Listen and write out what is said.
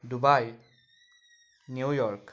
Dubai New York